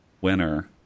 winner